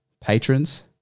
patrons